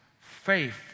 faith